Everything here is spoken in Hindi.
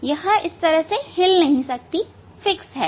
यह हिल नहीं सकती स्थिर है